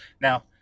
Now